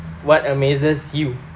what amazes you